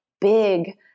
big